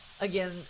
again